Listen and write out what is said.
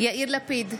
יאיר לפיד,